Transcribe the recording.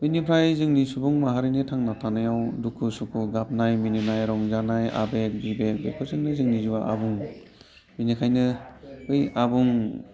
बेनिफ्राय जोंनि सुबुं माहारिनि थांना थानायाव दुखु सुखु गाबनाय मिनिनाय रंजानाय आबेग बिबेग बेफोरजोंनो जोंनि जिउआ आबुं बेनिखायनो बै आबुं